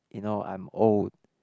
you know I am old